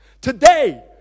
Today